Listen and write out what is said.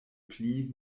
pli